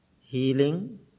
Healing